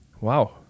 Wow